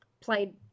played